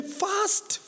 fast